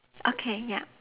okay ya